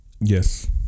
Yes